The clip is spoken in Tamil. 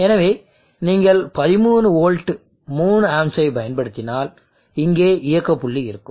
எனவே நீங்கள் 13 வோல்ட் 3 ஆம்ப்ஸை பயன்படுத்தினால் இங்கே இயக்க புள்ளி இருக்கும்